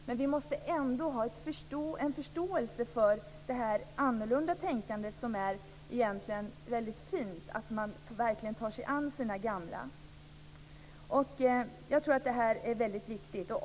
Men vi måste ändå ha förståelse för detta annorlunda tänkande, som egentligen är mycket fint, att man verkligen tar sig an sina gamla. Jag tror att det här är mycket viktigt.